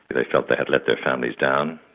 they felt they had let their families down,